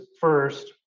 first